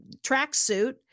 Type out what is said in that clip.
tracksuit